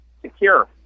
secure